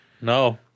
No